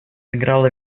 сыграла